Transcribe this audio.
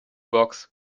box